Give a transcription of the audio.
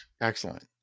Excellent